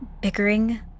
bickering